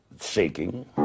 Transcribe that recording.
shaking